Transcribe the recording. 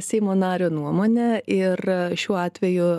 seimo nario nuomonė ir šiuo atveju